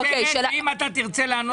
אם אתה תרצה לענות.